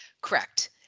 correct